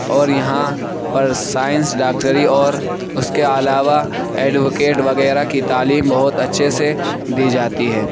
اور یہاں پر سائنس ڈاکٹری اور اس کے علاوہ ایڈوکیٹ وغیرہ کی تعلیم بہت اچھے سے دی جاتی ہے